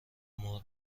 مار